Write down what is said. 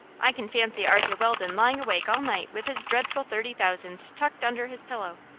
i can fancy arthur weldon lying awake all night with his dreadful thirty thousand tucked under his pillow.